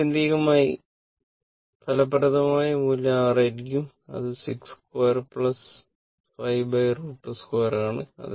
ആത്യന്തികമായി ഫലപ്രദമായ മൂല്യം 6 ആയിരിക്കും അത് 62 r 5 √22 ആണ്